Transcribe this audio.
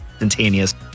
instantaneous